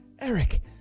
eric